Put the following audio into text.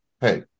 hey